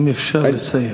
אם אפשר לסיים.